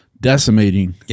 decimating